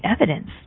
evidence